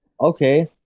Okay